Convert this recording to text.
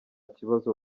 kibazo